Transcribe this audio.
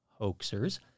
hoaxers